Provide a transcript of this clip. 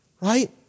Right